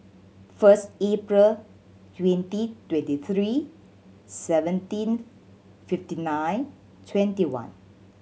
first April twenty twenty three seventeen fifty nine twenty one